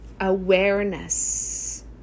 awareness